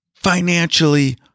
financially